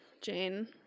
Jane